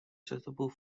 suitable